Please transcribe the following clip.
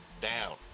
Down